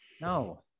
no